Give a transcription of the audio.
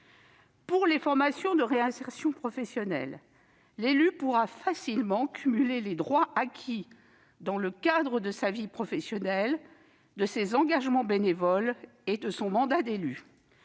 est des formations de réinsertion professionnelle, l'élu pourra facilement cumuler les droits acquis dans le cadre de sa vie professionnelle, de ses engagements bénévoles et de son mandat d'élu,